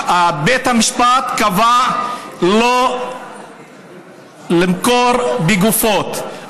בית המשפט קבע לא למכור, בגופות.